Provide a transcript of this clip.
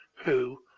who,